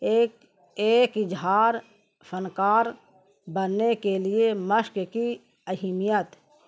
ایک ایک ججھار فنکار بننے کے لیے مشق کی اہمیت